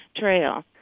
trail